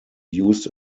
used